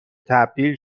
تبدیل